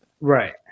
Right